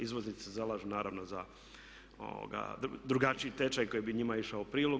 Izvoznici se zalažu naravno za drugačiji tečaj koji bi njima išao u prilog.